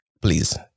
please